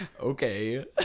Okay